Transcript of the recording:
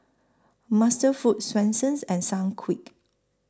MasterFoods Swensens and Sunquick